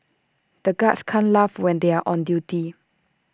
the guards can't laugh when they are on duty